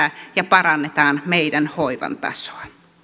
ja parannetaan meidän hoivan tasoa